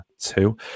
two